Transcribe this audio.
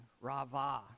rava